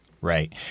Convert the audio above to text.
Right